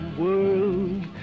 world